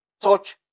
Touch